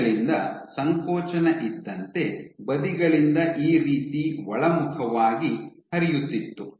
ಬದಿಗಳಿಂದ ಸಂಕೋಚನ ಇದ್ದಂತೆ ಬದಿಗಳಿಂದ ಈ ರೀತಿ ಒಳಮುಖವಾಗಿ ಹರಿಯುತ್ತಿತ್ತು